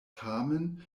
tamen